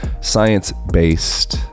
science-based